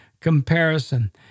comparison